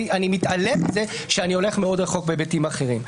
מתעלם מזה שאני הולך מאוד רחוק בהיבטים אחרים.